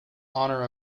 honour